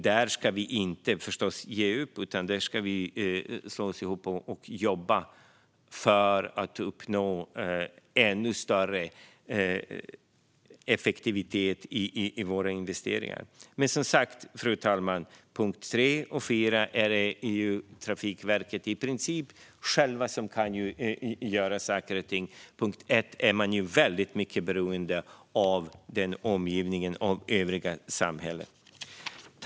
Där ska vi förstås inte ge upp, utan där ska vi slå oss ihop och jobba för att uppnå ännu större effektivitet i våra investeringar. Men som sagt, fru talman, vad gäller steg 3 och 4 kan man inom Trafikverket i princip själv göra saker och ting. I steg 1 är man mycket beroende av omgivningen och det övriga samhället.